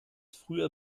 früher